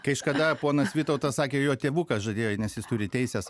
kažkada ponas vytautas sakė jo tėvukas žadėjo nes jis turi teises